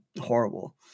horrible